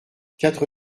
quatre